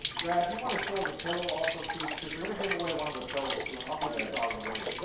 brad, do you want to show the pillow, also, too? because they're gonna give away one of the pillows, too. and i'll get this out of the way.